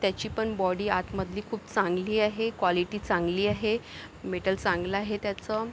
त्याची पण बॉडी आतमधली खूप चांगली आहे क्वालिटी चांगली आहे मेटल चांगलं आहे त्याचं